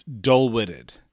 dull-witted